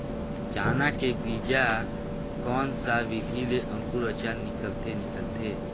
चाना के बीजा कोन सा विधि ले अंकुर अच्छा निकलथे निकलथे